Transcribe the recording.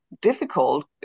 difficult